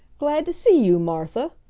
glad to see you, martha,